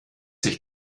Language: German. sich